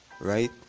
right